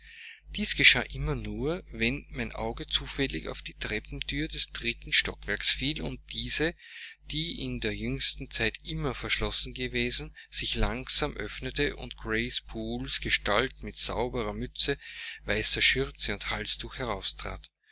dies geschah immer nur wenn mein auge zufällig auf die treppenthür des dritten stockwerks fiel und diese die in der jüngsten zeit immer verschlossen gewesen sich langsam öffnete und grace pooles gestalt mit sauberer mütze weißer schürze und halstuch heraustrat